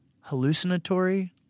hallucinatory